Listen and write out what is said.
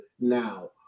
now